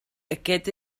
aquest